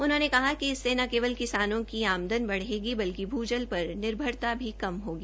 उन्होंने कहा कि इससे न केवल किसानों की आमदन बढ़ेगी बल्किभू जल ा र निर्भरता भी कम होगी